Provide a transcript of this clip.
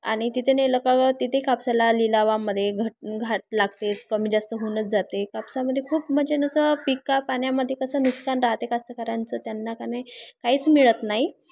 आणि तिथे नेलं का तिथे कापसाला लिलावामध्ये घट घाट लागतेच कमी जास्त होऊनच जाते कापसामध्ये खूप म्हणजे नसं पिका पाण्यामध्ये कसं नुकसान राहते कास्तकारांचं त्यांना की नाही काहीच मिळत नाही